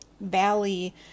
Valley